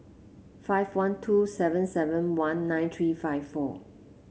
five one two seven seven one nine three five four